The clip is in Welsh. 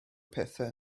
pethau